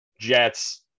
Jets